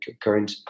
current